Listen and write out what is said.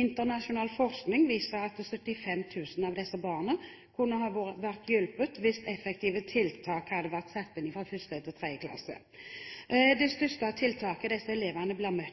Internasjonal forskning viser at 75 000 av disse barna kunne ha vært hjulpet hvis effektive tiltak hadde vært satt inn fra 1. til 3. klasse. Det største tiltaket disse elevene blir møtt